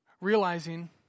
realizing